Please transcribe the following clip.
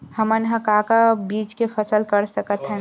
हमन ह का का बीज के फसल कर सकत हन?